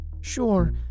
Sure